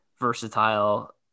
versatile